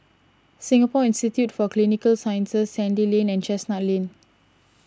Singapore Institute for Clinical Sciences Sandy Lane and Chestnut Lane